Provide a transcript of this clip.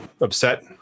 upset